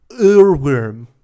earworm